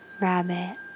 rabbit